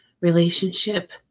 relationship